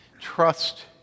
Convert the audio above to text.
Trust